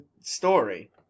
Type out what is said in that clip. story